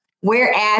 whereas